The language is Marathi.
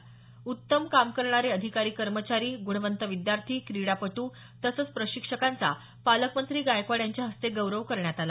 प्रशासकीय सेवेत उत्तम काम करणारे अधिकारी कर्मचारी गुणवंत विद्यार्थी क्रीडापटू तसंच प्रशिक्षकांचा पालकमंत्री गायकवाड यांच्या हस्ते गौरव करण्यात आला